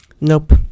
Nope